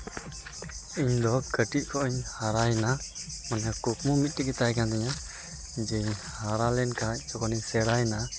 ᱤᱧ ᱫᱚ ᱠᱟᱹᱴᱤᱡ ᱠᱷᱚᱡ ᱤᱧ ᱦᱟᱨᱟᱭᱮᱱᱟ ᱢᱟᱱᱮ ᱠᱩᱠᱢᱩ ᱢᱤᱫᱴᱮᱱ ᱜᱮ ᱛᱟᱦᱮᱠᱟᱱ ᱛᱤᱧᱟᱹ ᱡᱮ ᱦᱟᱨᱟ ᱞᱮᱠᱱᱠᱷᱟᱡ ᱡᱚᱠᱷᱚᱱᱤᱧ ᱥᱮᱬᱟᱭᱮᱱᱟ